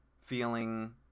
feeling